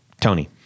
Tony